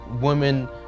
women